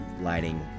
lighting